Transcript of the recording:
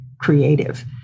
creative